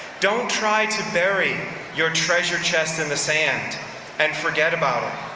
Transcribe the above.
don't try to bury your treasure chest in the sand and forget about it,